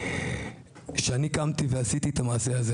ואני במירכאות אומרת תמיכה,